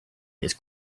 his